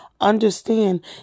understand